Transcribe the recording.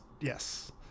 Yes